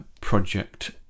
project